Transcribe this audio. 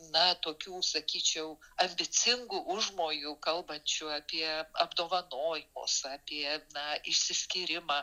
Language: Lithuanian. na tokių sakyčiau ambicingų užmojų kalbančių apie apdovanojimus apie na išsiskyrimą